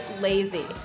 lazy